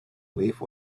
leave